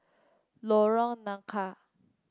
Lorong Nangka